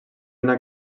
una